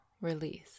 release